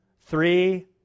three